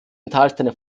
enthaltene